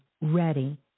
ready